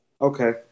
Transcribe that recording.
Okay